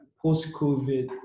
post-COVID